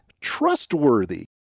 trustworthy